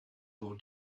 your